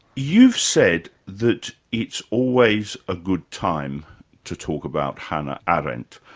you've said that it's always a good time to talk about hannah arendt.